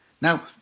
now